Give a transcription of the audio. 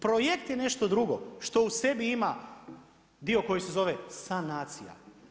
Projekt je nešto drugo, što u sebi ima dio koji se zove sanacija.